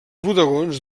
bodegons